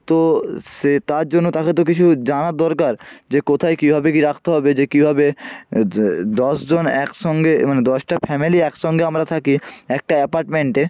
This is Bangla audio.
তো সে তার জন্য তাকে তো কিছু জানার দরকার যে কোথায় কীভাবে কী রাখতে হবে যে কীভাবে যে দশজন একসঙ্গে মানে দশটা ফ্যামিলি একসঙ্গে আমরা থাকি একটা অ্যাপার্টমেন্টে